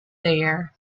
there